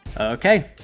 Okay